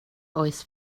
oes